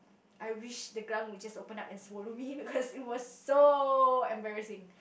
I wish the ground will just open up and swallow me because it was so embarrassing